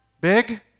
Big